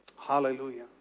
Hallelujah